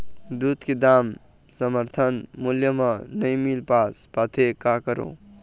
दूध के दाम समर्थन मूल्य म नई मील पास पाथे, का करों?